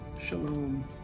Shalom